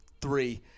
three